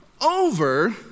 over